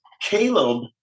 Caleb